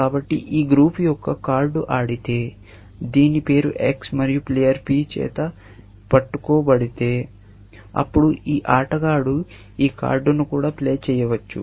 కాబట్టి ఈ గ్రూప్ యొక్క కార్డు ఆడితే దీని పేరు X మరియు ప్లేయర్ P చేత పట్టుకోబడితే అపుడు ఈ ఆటగాడు ఈ కార్డును కూడా ప్లే చేయవచ్చు